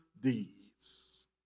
deeds